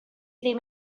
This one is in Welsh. ddim